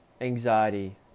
anxiety